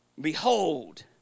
Behold